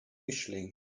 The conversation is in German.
mischling